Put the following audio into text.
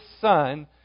Son